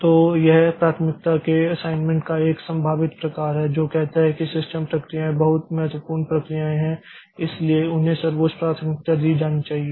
तो यह प्राथमिकता के असाइनमेंट का एक संभावित प्रकार है जो कहता है कि सिस्टम प्रक्रियाएं बहुत महत्वपूर्ण प्रक्रियाएं हैं इसलिए उन्हें सर्वोच्च प्राथमिकता दी जानी चाहिए